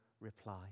reply